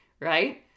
right